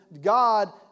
God